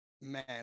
Man